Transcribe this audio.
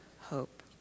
Hope